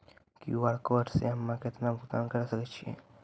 QR code से हम्मय केतना भुगतान करे सके छियै?